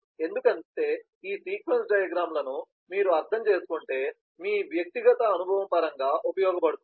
ఎందుకంటే ఈ sequence diagram లను మీరు అర్థం చేసుకుంటే మీ వ్యక్తిగత అనుభవం పరంగా ఉపయోగపడుతుంది